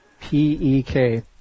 P-E-K